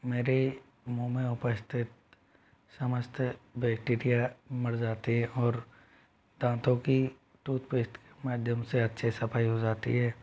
मेरे मुँह में उपस्थित समस्त बैक्टीरिया मर जाती हैं और दाँतो की टूथपेस्ट के माध्यम से अच्छे से सफाई हो जाती है